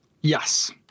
yes